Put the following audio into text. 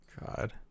God